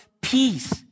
peace